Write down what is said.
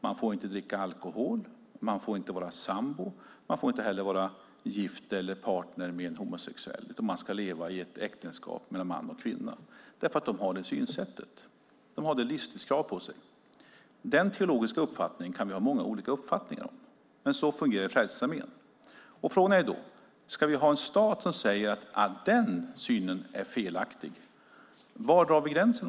Man får inte dricka alkohol, man får inte vara sambo och man får inte heller vara gift eller partner med en homosexuell, utan man ska leva i ett äktenskap mellan man och kvinna, därför att de har det synsättet och det livsstilskravet. Den teologiska uppfattningen kan vi ha många olika åsikter om, men så fungerar det i Frälsningsarmén. Frågan är då: Om vi ska ha en stat som säger att ett visst synsätt är felaktigt, var drar vi gränsen?